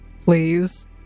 please